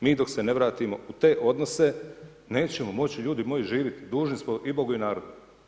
Mi dok se ne vratimo u te odnose nećemo moći ljudi moji živjeti, dužni smo i Bogu i narodu.